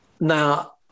Now